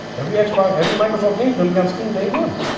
every x bar every microsoft games gonna be on steam day one